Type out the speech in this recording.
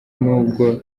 nubwo